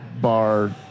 bar